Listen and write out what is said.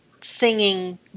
singing